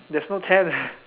there's no ten